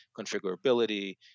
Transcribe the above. configurability